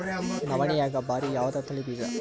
ನವಣಿಯಾಗ ಭಾರಿ ಯಾವದ ತಳಿ ಬೀಜ?